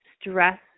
stress